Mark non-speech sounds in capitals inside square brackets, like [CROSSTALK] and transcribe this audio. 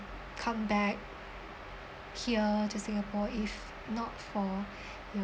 come back here to singapore if not for [BREATH]